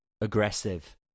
aggressive